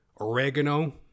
oregano